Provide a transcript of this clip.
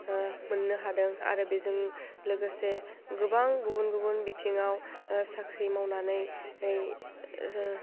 मोन्नो हादों आरो बेजों लोगोसे गोबां गुबुन गुबुन बिथिङाव साख्रि मावनानै